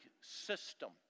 system